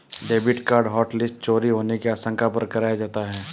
debit card hotlist चोरी होने की आशंका पर कराया जाता है